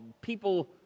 People